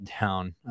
down